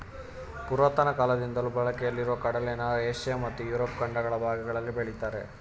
ಪುರಾತನ ಕಾಲದಿಂದಲೂ ಬಳಕೆಯಲ್ಲಿರೊ ಕಡಲೆನ ಏಷ್ಯ ಮತ್ತು ಯುರೋಪ್ ಖಂಡಗಳ ಭಾಗಗಳಲ್ಲಿ ಬೆಳಿತಾರೆ